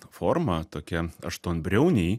formą tokia aštuonbriauniai